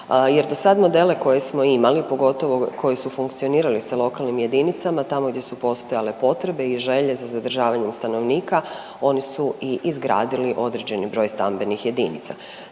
jer do sad modele koje smo imali, pogotovo koji su funkcionirali sa lokalnim jedinicama, tamo gdje su postojale potrebe i želje za zadržavanjem stanovnika, oni su i izgradili određeni broj stambenih jedinica.